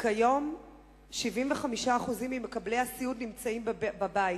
כיום 75% ממקבלי הסיעוד נמצאים בבית